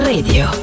Radio